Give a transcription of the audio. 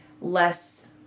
less